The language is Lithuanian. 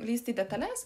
lįst į detales